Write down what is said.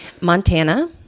Montana